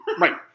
Right